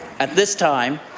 at this time,